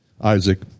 Isaac